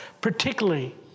particularly